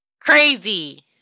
Crazy